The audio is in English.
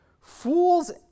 Fools